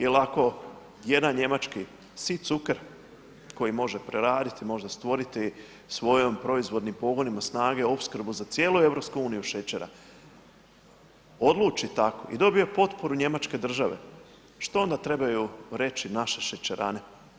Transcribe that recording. Jer ako jedan njemački Sizucker koji može preraditi, možda stvoriti svojim proizvodnim pogonima snage opskrbu za cijelu EU šećera, odluči tako i dobije potporu Njemačke države što onda trebaju reći naše šećerane.